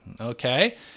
Okay